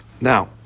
now